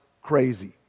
Crazy